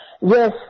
Yes